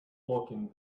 locking